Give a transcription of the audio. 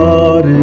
God